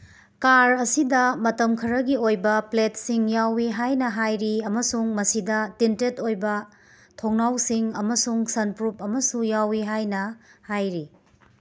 car ꯑꯁꯤꯗ ꯃꯇꯝ ꯈꯔꯒꯤ ꯑꯣꯏꯕ ꯄ꯭ꯂꯦꯠꯁꯤꯡ ꯌꯥꯎꯋꯤ ꯍꯥꯏꯅ ꯍꯥꯏꯔꯤ ꯑꯃꯁꯨꯡ ꯃꯁꯤꯗ ꯇꯤꯟꯇꯦꯠ ꯑꯣꯏꯕ ꯊꯣꯡꯅꯥꯎꯁꯤꯡ ꯑꯃꯁꯨꯡ ꯁꯟ ꯄ꯭ꯔꯨꯞ ꯑꯃꯁꯨ ꯌꯥꯎꯋꯤ ꯍꯥꯏꯅ ꯍꯥꯏꯔꯤ